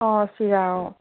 অঁ চিৰা অঁ